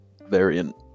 variant